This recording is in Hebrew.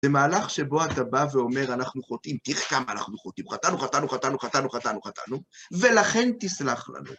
במהלך שבו אתה בא ואומר, אנחנו חוטאים, תראה כמה אנחנו חוטאים, חטאנו, חטאנו, חטאנו, חטטנו, חטאנו, חטאנו, ולכן תסלח לנו.